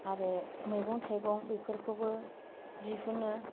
आरो मैगं थाइगं बेफोरखौबो दिहुनो